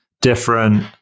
different